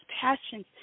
passions